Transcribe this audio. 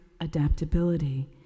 adaptability